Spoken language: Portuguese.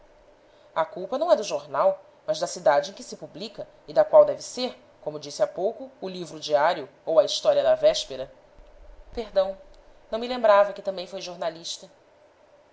a culpa não é do jornal mas da cidade em que se publica e da qual deve ser como disse há pouco o livro diário ou a história da véspera perdão não me lembrava que também foi jornalista